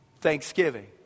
thanksgiving